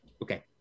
Okay